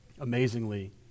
Amazingly